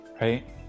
right